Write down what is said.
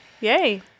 Yay